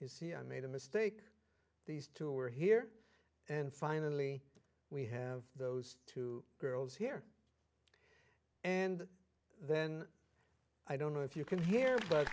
it see i made a mistake these two are here and finally we have those two girls here and then i don't know if you can hear but